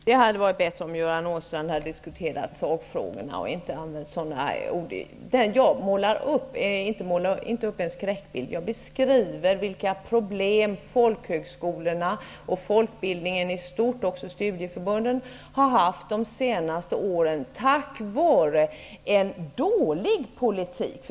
Herr talman! Det hade varit bättre om Göran Åstrand hade diskuterat sakfrågorna och inte använt sådana ord. Det som jag målar upp är inte en skräckbild. Jag beskriver vilka problem som folkhögskolorna och folkbildningen i stort, även studieförbunden, har haft under de senaste åren på grund av en dålig politik.